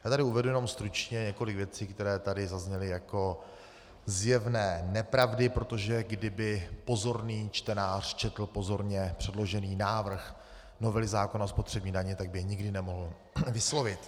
Já tady uvedu jenom stručně několik věcí, které tady zazněly jako zjevné nepravdy, protože kdyby pozorný čtenář četl pozorně předložený návrh novely zákona o spotřební dani, tak by je nikdy nemohl vyslovit.